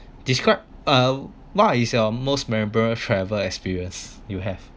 describe uh what is your most memorable travel experience you have